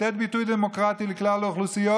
לתת ביטוי דמוקרטי לכלל האוכלוסיות